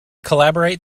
calibrate